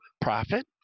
Profit